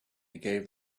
gave